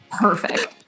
Perfect